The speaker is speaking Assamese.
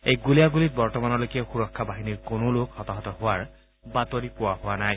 এই গুলীয়াণ্ডলিত বৰ্তমানলৈকে সুৰক্ষা বাহিনীৰ কোনো লোক হতাহত হোৱাৰ বাতৰি পোৱা হোৱা নাই